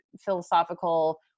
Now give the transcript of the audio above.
philosophical